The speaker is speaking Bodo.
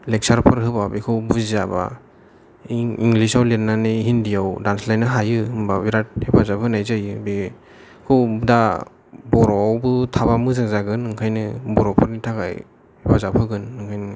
लेक्सार फोर होबा बेखौ इंलिसाव लिरनानै हिन्दिआव दास्लायनो हायो होनबा बेराथ हेफाजाब होनाय जायो बेखौ दा बर' आवबो थाबा मोजां जागोन ओंखायनो बर'फोरनि थाखाय हेफाजाब होगोन